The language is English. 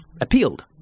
appealed